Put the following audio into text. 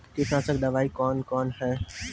कीटनासक दवाई कौन कौन हैं?